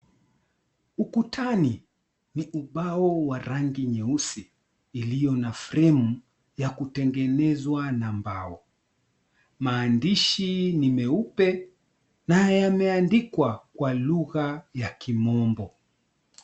Ukutani, ni ubao wa rangi nyeusi iliyo na fremu ya kutengenezwa na mbao. Maandishi ni meupe na yameandikwa kwa lugha ya Kimombo.